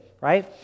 right